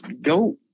go